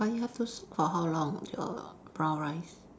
but you have to soak for how long your brown rice